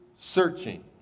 searching